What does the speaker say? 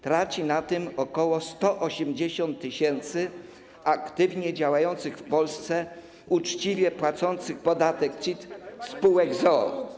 Traci na tym ok. 180 tys. aktywnie działających w Polsce, uczciwie płacących podatek CIT spółek z o.o., szczególnie.